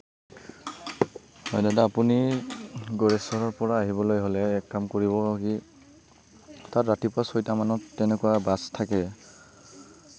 হয় দাদা আপুনি গৌৰেশ্বৰৰ পৰা আহিবলৈ হ'লে এটা কাম কৰিব কি তাত ৰাতিপুৱা ছয়টামানত তেনেকুৱা বাছ থাকে